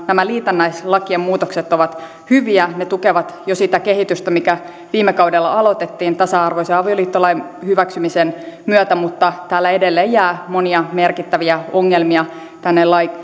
nämä liitännäislakien muutokset ovat hyviä ne tukevat jo sitä kehitystä mikä viime kaudella aloitettiin tasa arvoisen avioliittolain hyväksymisen myötä mutta edelleen jää monia merkittäviä ongelmia tänne